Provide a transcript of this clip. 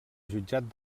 jutjat